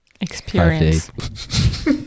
experience